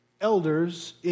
elders